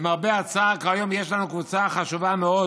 "למרבה הצער, כבר היום יש לנו קבוצה חשובה מאוד